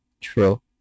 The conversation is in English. true